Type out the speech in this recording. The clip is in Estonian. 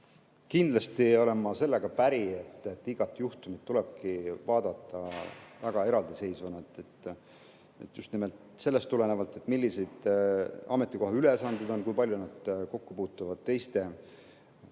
Kindlasti olen ma sellega päri, et igat juhtumit tulebki vaadata eraldiseisvana – just nimelt sellest tulenevalt, millised on ametikoha ülesanded, kui palju nad kokku puutuvad teiste